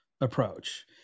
approach